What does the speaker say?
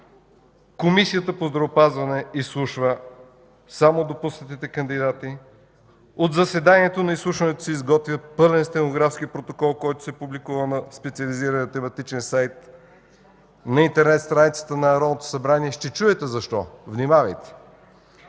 Комисията по здравеопазването изслушва само допуснатите кандидати. От заседанието на изслушването се изготвя пълен стенографски протокол, който се публикува на специализирания тематичен сайт на интернет страницата на Народното събрание.